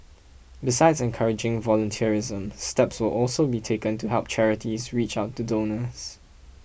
besides encouraging volunteerism steps will also be taken to help charities reach out to donors